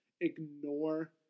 ignore